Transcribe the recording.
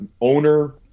owner